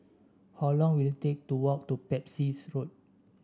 how long will it take to walk to Pepys Road